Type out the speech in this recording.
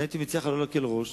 הייתי מציע לך לא להקל ראש